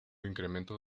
incremento